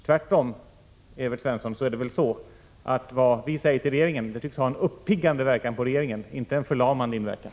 Tvärtom är det väl så, Evert Svensson, att det vi säger till regeringen tycks ha en uppiggande inverkan, och inte en förlamande inverkan.